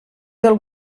del